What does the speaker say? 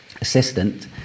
assistant